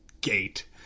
gate